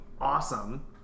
awesome